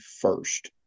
first